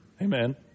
Amen